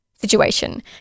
situation